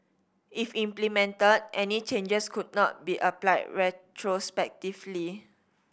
if implemented any changes could not be applied retrospectively